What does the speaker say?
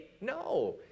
No